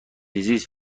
زیست